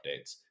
updates